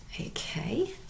okay